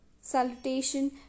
Salutation